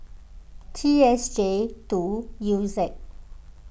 T S J two U Z